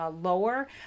Lower